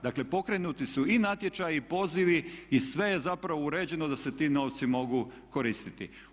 Dakle, pokrenuti su i natječaji i pozivi i sve je zapravo uređeno da se ti novci mogu koristiti.